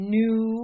new